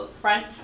front